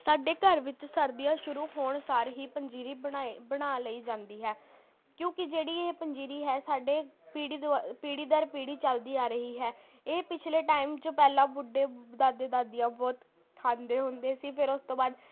ਸਾਡੇ ਘਰ ਵਿੱਚ ਸਰਦੀਆਂ ਸ਼ੁਰੂ ਹੋਣ ਸਾਰ ਹੀ ਪੰਜੀਰੀ ਬਣਾਏ ਬਣਾ ਲਈ ਜਾਂਦੀ ਹੈ ਕਿਉਂਕਿ ਜਿਹੜੀ ਇਹ ਪੰਜੀਰੀ ਹੈ ਸਾਡੇ ਪੀੜ੍ਹੀ ਦੁਆ ਪੀੜ੍ਹੀ ਦਰ ਪੀੜ੍ਹੀ ਚੱਲਦੀ ਆ ਰਹੀ ਹੈ ਇਹ ਪਿਛਲੇ ਟੈਮ 'ਚ ਪਹਿਲਾਂ ਬੁੱਢੇ ਦਾਦੇ ਦਾਦੀਆਂ ਬਹੁਤ ਖਾਂਦੇ ਹੁੰਦੇ ਸੀ ਫਿਰ ਓਸ ਤੋਂ ਬਾਅਦ